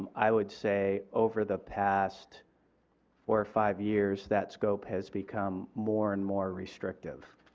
i would say over the past four or five years that scope has become more and more restrictive.